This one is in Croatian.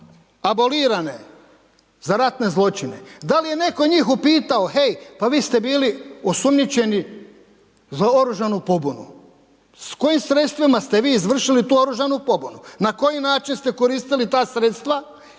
abolirane za ratne zločine? Da li je netko njih upitao hej, pa vi ste bili osumnjičeni za oružanu pobunu, s kojim sredstvima ste vi izvršili tu oružanu pobunu? Na koji način ste koristili ta sredstva